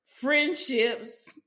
friendships